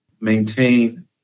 maintain